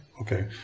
Okay